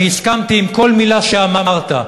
אני הסכמתי לכל מילה שאמרת.